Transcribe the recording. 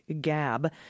Gab